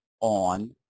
on